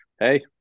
hey